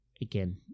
again